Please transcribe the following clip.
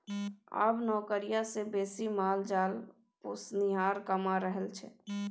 आब नौकरिया सँ बेसी माल जाल पोसनिहार कमा रहल छै